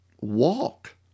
walk